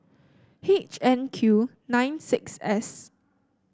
H N Q nine six S